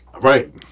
right